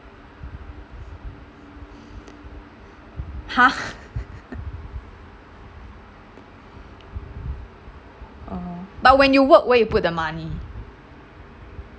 !huh! oh but when you work where do you put the money oh okay